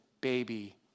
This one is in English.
baby